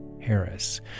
Harris